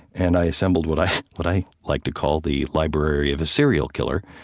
and i assembled what i what i like to call the library of a serial killer.